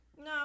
No